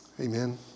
Amen